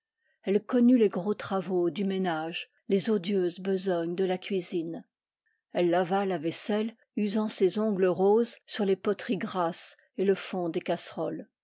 elle connut les gros travaux du ménage les odieuses besoo nes de la cuisine elle lava la vaisselle usant ses ongles roses sur les poteries ornasses et le fond des casseroles